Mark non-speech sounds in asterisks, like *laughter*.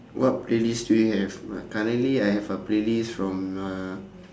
what playlist do you have *noise* currently I have a playlist from uh